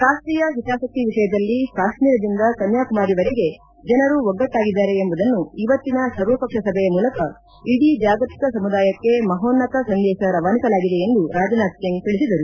ರಾಷ್ಷೀಯ ಹಿತಾಸಕ್ತಿ ವಿಷಯದಲ್ಲಿ ಕಾಶ್ಮೀರದಿಂದ ಕನ್ನಾಕುಮಾರಿವರೆಗೆ ಜನರು ಒಗ್ಗಟ್ಟಾಗಿದ್ದಾರೆ ಎಂಬುದನ್ನು ಇವತ್ತಿನ ಸರ್ವಪಕ್ಷ ಸಭೆಯ ಮೂಲಕ ಇಡೀ ಜಾಗತಿಕ ಸಮುದಾಯಕ್ಕೆ ಮಹೋನ್ನತ ಸಂದೇಶ ರವಾನಿಸಲಾಗಿದೆ ಎಂದು ರಾಜ್ನಾಥ್ ಸಿಂಗ್ ತಿಳಿಸಿದರು